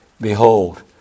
Behold